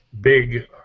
big